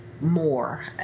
more